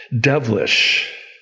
devilish